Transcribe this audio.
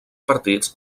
partits